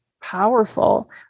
powerful